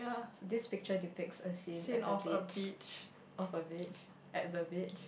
so this picture depicts a scene at the beach of a beach at the beach